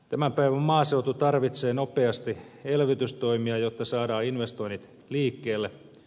tämän päivän maaseutu tarvitsee nopeasti elvytystoimia jotta saadaan investoinnit liikkeelle